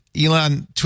Elon